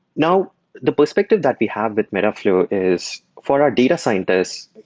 now the perspective that we have with metaflow is, for our data scientist,